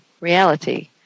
reality